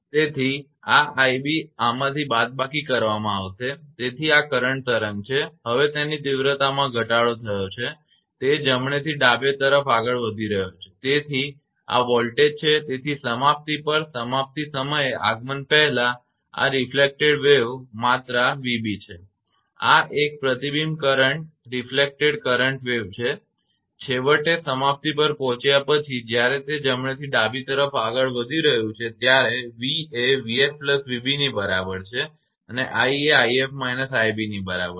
તેથી આ 𝑖𝑏 આમાંથી બાદબાકી કરવામાં આવશે તેથી આ કરંટ તરંગ છે હવે તેની તીવ્રતામાં ઘટાડો થયો છે જે તે જમણેથી ડાબે તરફ આગળ વધી રહ્યો છે તેથી આ વોલ્ટેજ છે તેથી સમાપ્તિ પર સમાપ્તિ સમયે આગમન પહેલાં આ પ્રતિબિંબિત તરંગ માત્રા 𝑣𝑏 છે અને આ એક પ્રતિબિંબિત કરંટ તરંગ છે અને છેવટે સમાપ્તિ પર પહોંચ્યા પછી જ્યારે તે જમણી બાજુથી ડાબી તરફ આગળ વધી રહયું છે ત્યારે તે v એ 𝑣𝑓 𝑣𝑏 ની બરાબર છે અને i એ 𝑖𝑓 − 𝑖𝑏 ની બરાબર છે